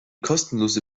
kostenlose